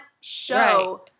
show